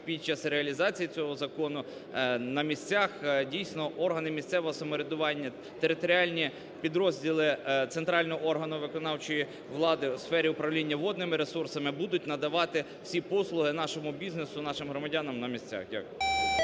під час реалізації цього закону на місцях, дійсно, органи місцевого самоврядування, територіальні підрозділи центрального органу виконавчої влади у сфері управління водними ресурсами будуть надавати всі послуги нашому бізнесу, нашим громадянам на місцях. Дякую.